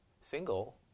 single